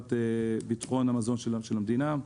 לטובת ביטחון המזון של המדינה.